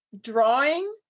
drawing